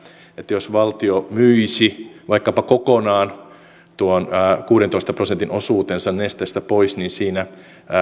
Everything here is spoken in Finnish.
jos valtio myisi vaikkapa kokonaan tuon kuudentoista prosentin osuutensa nesteestä pois niin siinä